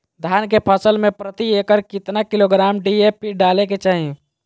धान के फसल में प्रति एकड़ कितना किलोग्राम डी.ए.पी डाले के चाहिए?